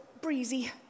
breezy